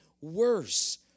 worse